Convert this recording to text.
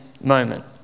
moment